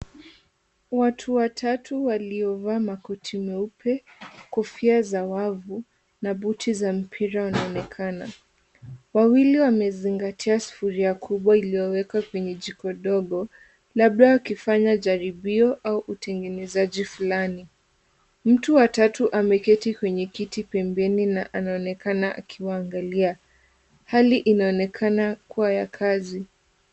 Watu watatu waliovaa makoti meupe , kofia za wavu na buti za mpira wanaonekana. Wawili wamezingatia sufuria kubwa iliyowekwa kwenye jiko dogo, labda wakifanya jaribio au utengenezaji flani. Mtu wa tatu ameketi kwenye kiti pembeni na anaonekana akiwaangalia. Hali inaonekana kuwa ya kazi.